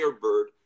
bird